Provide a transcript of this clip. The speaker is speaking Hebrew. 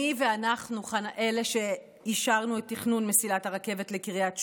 אני ואנחנו אלה שאישרנו את תכנון מסילת הרכבת לקריית שמונה,